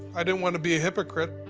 i didn't want to be a hypocrite.